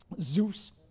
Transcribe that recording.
Zeus